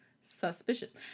suspicious